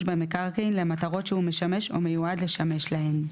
במקרקעין למטרות שהוא משמש או מיועד לשמש להן :